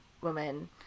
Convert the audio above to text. woman